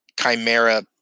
chimera